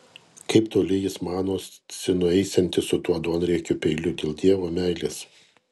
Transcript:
kaip toli jis manosi nueisiantis su tuo duonriekiu peiliu dėl dievo meilės